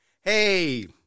Hey